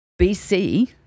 BC